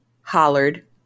hollered